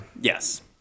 Yes